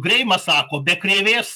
greimas sako be krėvės